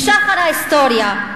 משחר ההיסטוריה,